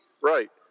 right